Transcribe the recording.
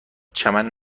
چمن